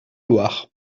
loire